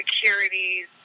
securities